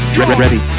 Ready